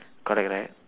correct right